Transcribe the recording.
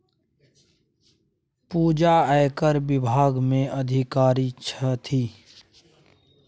पूजा आयकर विभाग मे अधिकारी छथि